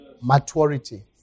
maturity